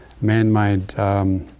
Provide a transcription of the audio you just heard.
man-made